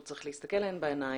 הוא צריך להסתכל להן בעיניים,